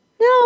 No